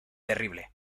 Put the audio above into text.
terrible